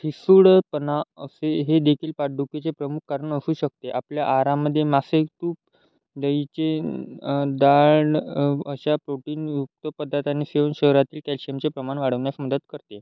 ठिसूळपणा असे हे देखील पाठदुखीचे प्रमुख कारण असू शकते आपल्या आहारामध्ये मासे तूप दहीचे डाळ अशा प्रोटीनयुक्त पदार्थांनी शरीरातील कॅल्शियमचे प्रमाण वाढवण्यास मदत करते